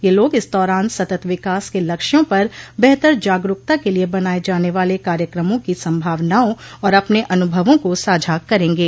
यह लोग इस दौरान सत्त विकास के लक्ष्यों पर बेहतर जागरूकता के लिए बनाये जाने वाले कार्यक्रमों की संभावनाओं और अपने अनुभवों को साझा करेंगे